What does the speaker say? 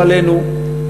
לא עלינו,